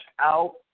out